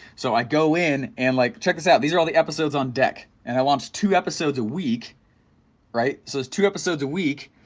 so i go in and like check this out, these are all the episodes on deck and i want two episodes a week right, so it's two episodes a week